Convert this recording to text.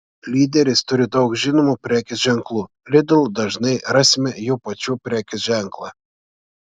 lyderis turi daug žinomų prekės ženklų lidl dažnai rasime jų pačių prekės ženklą